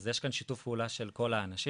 אז יש כאן שיתוף פעולה של כל האנשים,